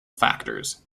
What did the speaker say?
factors